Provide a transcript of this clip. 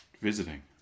visiting